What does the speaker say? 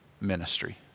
ministry